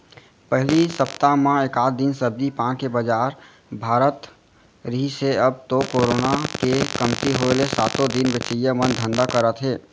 पहिली सप्ता म एकात दिन सब्जी पान के बजार भरात रिहिस हे अब तो करोना के कमती होय ले सातो दिन बेचइया मन धंधा करत हे